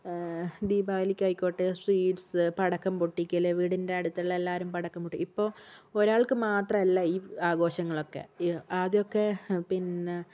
ദീപാവലിക്ക് ആയിക്കോട്ടെ സ്വീറ്റ്സ് പടക്കം പൊട്ടിക്കൽ വീടിന്റെ അടുത്തുള്ള എല്ലാവരും പടക്കം പൊട്ടിക്കും ഇപ്പോൾ ഒരാൾക്ക് മാത്രമല്ല ഈ ആഘോഷങ്ങളൊക്കെ ഏഹ് ആദ്യമൊക്കെ പിന്നെ